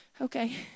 Okay